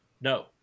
No